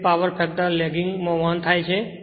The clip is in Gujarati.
8 પાવર ફેક્ટર લેગિંગ માં વહન થાય છે